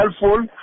helpful